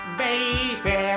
baby